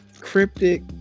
cryptic